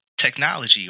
technology